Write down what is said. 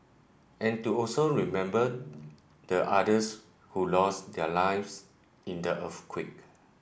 and to also remember the others who lost their lives in the earthquake